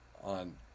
on